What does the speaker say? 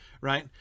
Right